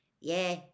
Yeah